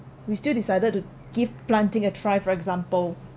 we still decided to give planting a try for example